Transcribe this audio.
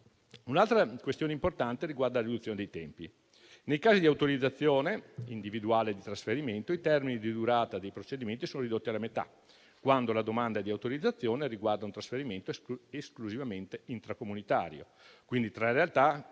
Un'altra questione importante riguarda la riduzione dei tempi. Nei casi di autorizzazione individuale di trasferimento, i termini di durata dei procedimenti sono ridotti alla metà, quando la domanda di autorizzazione riguarda un trasferimento esclusivamente intracomunitario, quindi tra realtà